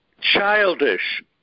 childish